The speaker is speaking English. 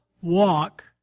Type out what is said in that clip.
walk